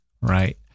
right